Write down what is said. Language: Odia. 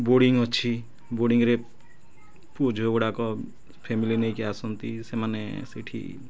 ବୋର୍ଡିଂ ଅଛି ବୋର୍ଡିଂରେ ପୁଅଝିଅ ଗୁଡ଼ାକ ଫ୍ୟାମିଲି ନେଇକି ଆସନ୍ତି ସେମାନେ ସେଠି